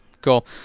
cool